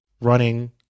running